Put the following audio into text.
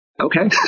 okay